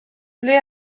ble